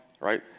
right